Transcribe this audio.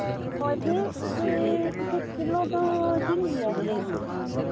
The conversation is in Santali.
ᱪᱚᱵᱵᱤᱥ ᱠᱤ ᱯᱚᱸᱪᱤᱥ ᱠᱤᱞᱳ ᱫᱚ ᱡᱤᱞ ᱜᱮᱭᱟ ᱠᱚ